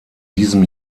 diesem